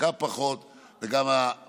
ההדבקה תהיה פחותה וגם הבחורים